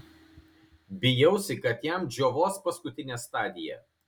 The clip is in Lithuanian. bijausi kad jam džiovos paskutinė stadija